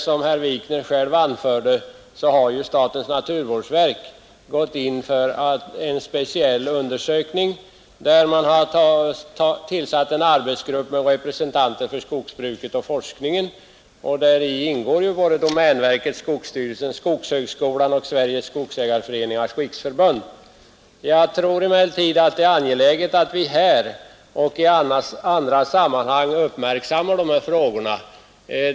Som herr Wikner själv anförde har statens naturvårdsverk tillsatt en arbetsgrupp med representanter för skogsbruket och forskningen. Däri ingår företrädare för domänverket, skogsstyrelsen, skogshögskolan och Sveriges skogsägareföreningars riksförbund. Jag tror emellertid att det är angeläget att vi här och i andra sammanhang uppmärksammar dessa frågor.